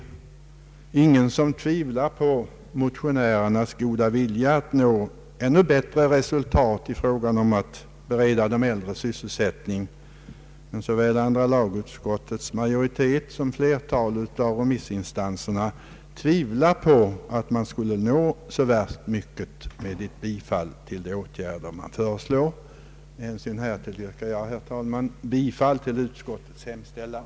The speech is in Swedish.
Ingen tvivlar på motionärernas goda vilja att nå ännu bättre resultat i fråga om att bereda de äldre sysselsättning, men såväl andra lagutskottets majoritet som flertalet av remissinstanserna tvivlar på att man skulle uppnå så värst mycket genom att vidta de åtgärder som föreslås i motionerna. Med hänsyn härtill yrkar jag, herr talman, bifall till utskottets hemställan.